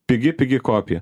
pigi pigi kopija